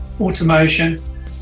automation